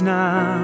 now